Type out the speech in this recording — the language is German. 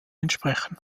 entsprechen